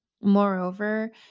Moreover